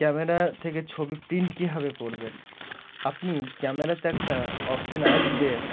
camera থেকে ছবি print কীভাবে করবেন আপনি ক্যামেরাতে একটা অপশান আসবে